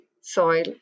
Soil